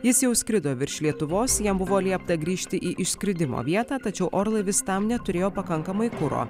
jis jau skrido virš lietuvos jam buvo liepta grįžti į išskridimo vietą tačiau orlaivis tam neturėjo pakankamai kuro